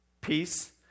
peace